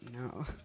no